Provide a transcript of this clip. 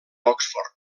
oxford